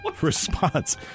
Response